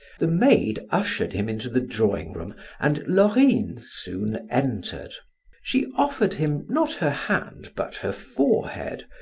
the maid ushered him into the drawing-room and laurine soon entered she offered him not her hand but her forehead,